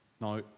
Now